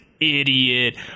idiot